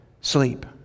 sleep